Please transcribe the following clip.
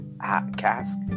cask